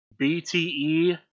BTE